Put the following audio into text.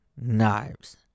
knives